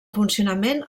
funcionament